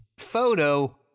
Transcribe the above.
photo